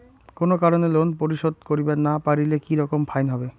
কোনো কারণে লোন পরিশোধ করিবার না পারিলে কি রকম ফাইন হবে?